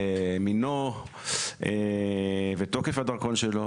תאריך הנפקת הדרכון, מינו ותוקף הדרכון שלו.